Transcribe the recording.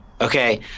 okay